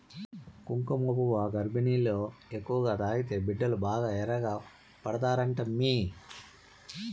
కుంకుమపువ్వు గర్భిణీలు ఎక్కువగా తాగితే బిడ్డలు బాగా ఎర్రగా పడతారంటమ్మీ